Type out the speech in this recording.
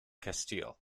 castile